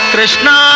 Krishna